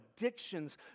addictions